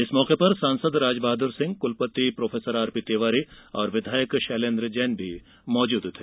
इस मौके पर सांसद राजबहादुर सिंह कुलपति प्रोफेसर आर पी तिवारी और विधायक शैलेन्द्र जैन मौजूद थे